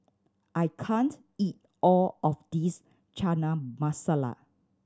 I can't eat all of this Chana Masala